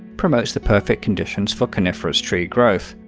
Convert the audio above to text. promotes the perfect conditions for coniferous tree growth.